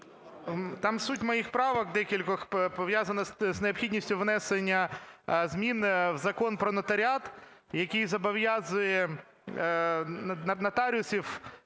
Там суть моїх правок декількох пов'язана з необхідністю внесення змін в Закон "Про нотаріат", який зобов'язує нотаріусів